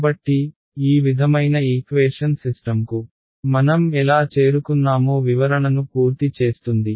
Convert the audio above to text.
కాబట్టి ఈ విధమైన ఈక్వేషన్ సిస్టమ్కు మనం ఎలా చేరుకున్నామో వివరణను పూర్తి చేస్తుంది